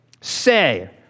say